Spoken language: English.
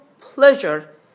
pleasure